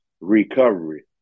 recovery